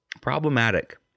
Problematic